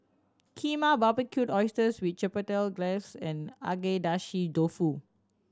Kheema Barbecued Oysters with Chipotle Glaze and Agedashi Dofu